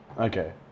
Okay